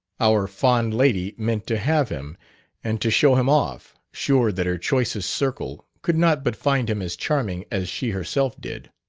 our fond lady meant to have him and to show him off, sure that her choicest circle could not but find him as charming as she herself did.